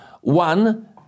one